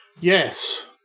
Yes